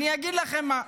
אני אגיד לכם מה,